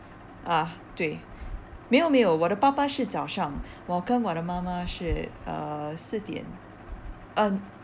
ah 对没有没有我的爸爸是早上我跟我的妈妈是 uh 四点 uh